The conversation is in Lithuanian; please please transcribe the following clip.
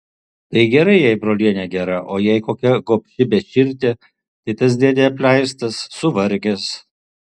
tai gerai jei brolienė gera o jei kokia gobši beširdė tai tas dėdė apleistas suvargęs